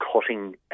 cutting